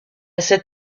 cette